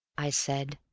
i said.